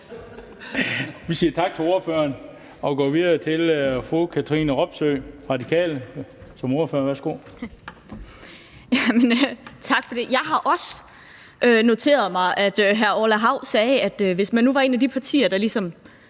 Vi siger tak til ordføreren og går videre til fru Katrine Robsøe som ordfører for Radikale. Værsgo. Kl. 18:58 (Ordfører) Katrine Robsøe (RV): Tak for det. Jeg har også noteret mig, at hr. Orla Hav sagde, at hvis man nu var et af de partier, der ligesom